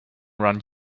around